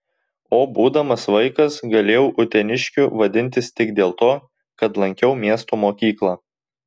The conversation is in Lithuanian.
o būdamas vaikas galėjau uteniškiu vadintis tik dėl to kad lankiau miesto mokyklą